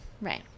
Right